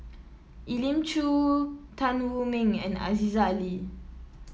Elim Chew Tan Wu Meng and Aziza Ali